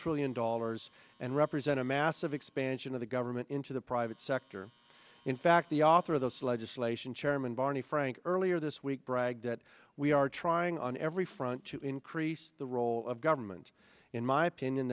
trillion dollars and represent a massive expansion of the government into the private sector in fact the author of those legislation chairman barney frank earlier this week bragged that we are trying on every front to increase the role of government in my opinion